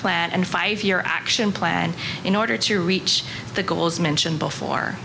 plan and five year action plan in order to reach the goals mentioned before